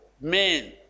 men